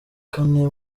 kane